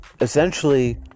essentially